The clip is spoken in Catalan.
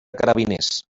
carabiners